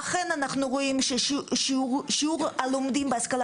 אכן אנחנו רואים ששיעור הלומדים בהשכלה